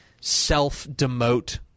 Self-demote